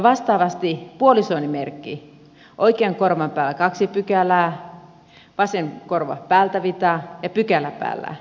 vastaavasti puolisoni merkki oikean korvan päällä kaksi pykälää vasen korva päältä vita ja pykälä päällä tulee lukea hänen lukuunsa